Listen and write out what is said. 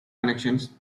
connections